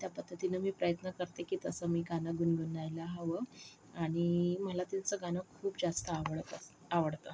त्या पद्धतीनं मी प्रयत्न करते की तसं मी गाणं गुणगुणायला हवं आणि मला त्यांचं गाणं खूप जास्त आवडतं आवडतं